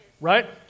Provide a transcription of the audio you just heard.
Right